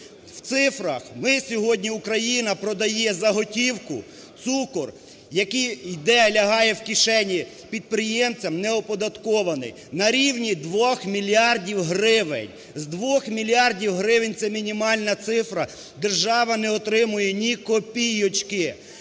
В цифрах: ми сьогодні, Україна продає за готівку цукор, який іде, лягає в кишені підприємцям, неоподаткований на рівні 2 мільярдів гривень. З 2 мільярдів гривень – це мінімальна цифра, - держава не отримує ні копієчки.